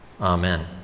Amen